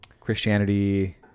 Christianity